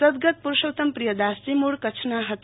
સદગત પુરુષોત્તમ પ્રિયદાસજી મૂળ કચ્છના હતા